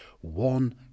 one